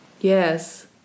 Yes